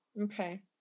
Okay